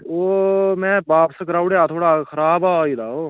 ते ओह् में बापस कराई ओड़ेआ हा खराब होई दा ओह्